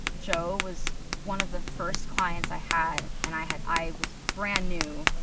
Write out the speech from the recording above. joe was one of the first clients i had and i had, i was brand new,